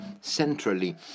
centrally